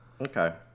Okay